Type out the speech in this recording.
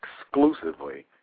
exclusively